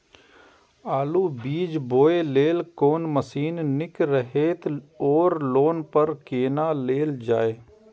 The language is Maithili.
आलु बीज बोय लेल कोन मशीन निक रहैत ओर लोन पर केना लेल जाय?